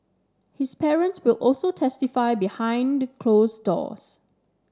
his parents will also testify behind closed doors